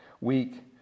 week